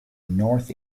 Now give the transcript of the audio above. north